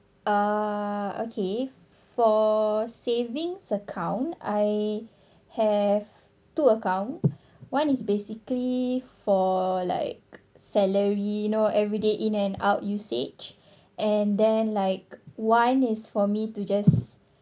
uh okay for savings account I have two account one is basically for like salary you know everyday in and out usage and then like one is for me to just